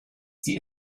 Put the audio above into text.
sie